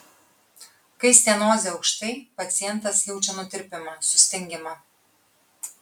kai stenozė aukštai pacientas jaučia nutirpimą sustingimą